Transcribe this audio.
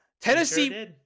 Tennessee